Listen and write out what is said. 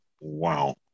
Wow